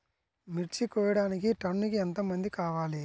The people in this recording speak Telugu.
మిర్చి కోయడానికి టన్నుకి ఎంత మంది కావాలి?